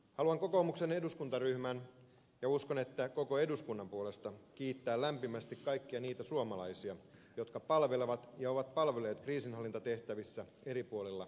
haluan kokoomuksen eduskuntaryhmän ja uskon että koko eduskunnan puolesta kiittää lämpimästi kaikkia niitä suomalaisia jotka palvelevat ja ovat palvelleet kriisinhallintatehtävissä eri puolilla maailmaa